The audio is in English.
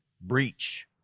breach